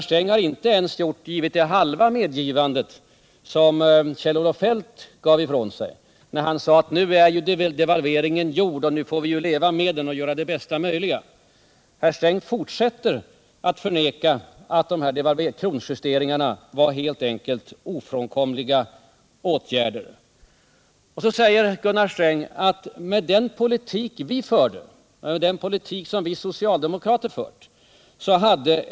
Han har inte ens lämnat det halva medgivande som Kjell-Olof Feldt gjorde när denne sade att devalveringen nu är genomförd, och att vi då får leva med den och göra det bästa möjliga av situationen. Herr Sträng fortsätter att förneka att de kronjusteringar som gjorts helt enkelt var ofrånkomliga. Han sade att devalveringar hade varit onödiga med den politik socialdemokraterna för.